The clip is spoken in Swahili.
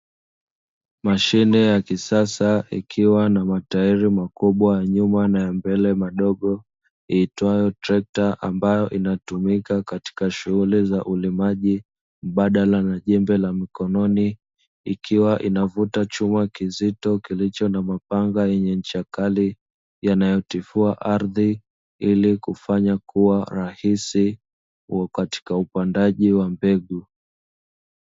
Mashine ya kisasa ikiwa na matairi makubwa ya nyuma na ya mbele madogo, iitwayo trekta ambayo inatumika katika shughuli za ulimaji, mbadala na jembe la mkononi, ikiwa inavuta chuma kizito kilicho na mapanga yenye ncha kali yanayotifua ardhi, ili kufanya kuwa rahisi katika upandaji wa mbegu.